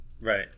Right